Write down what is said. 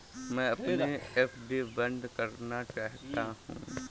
मैं अपनी एफ.डी बंद करना चाहता हूँ